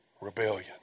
rebellion